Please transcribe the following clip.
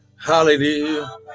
Hallelujah